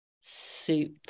Soup